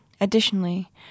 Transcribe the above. Additionally